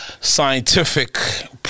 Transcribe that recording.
scientific